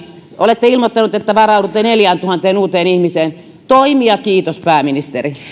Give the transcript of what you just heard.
olette ilmoittanut että varaudutte neljääntuhanteen uuteen ihmiseen toimia kiitos pääministeri